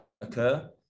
occur